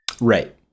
Right